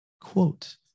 Quote